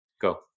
Go